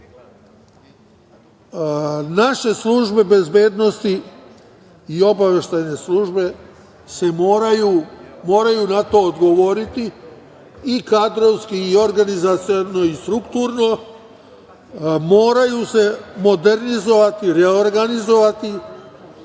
Naše službe bezbednosti i obaveštajne službe moraju na to odgovoriti i kadrovski i organizaciono i strukturno, moraju se modernizovati, reorganizovati,